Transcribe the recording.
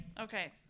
Okay